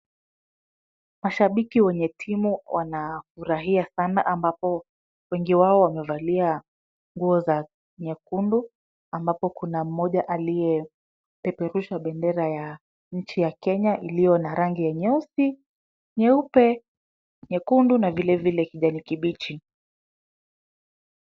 Mashabiki wenye timu wanafurahia sana ambapo wengi wao wamevalia nguo za nyekundu, ambapo kuna mmoja aliyepeperusha bendera ya nchi ya Kenya, iliyo na rangi ya nyeusi, nyeupe, nyekundu na vile vile kijani kibichi.